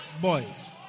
boys